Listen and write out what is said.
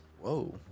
Whoa